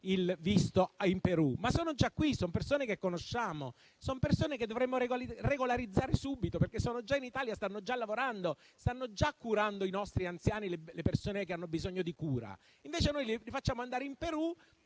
il visto in Perù, ma sono già qui, sono persone che conosciamo, che dovremmo regolarizzare subito, perché sono già in Italia, stanno già lavorando, stanno già curando i nostri anziani e le persone che hanno bisogno di cura. Noi invece le facciamo andare in Perù